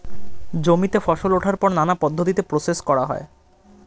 জমিতে ফসল ওঠার পর নানা পদ্ধতিতে প্রসেস করা হয়